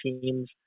teams